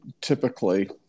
typically